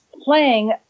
playing